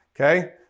okay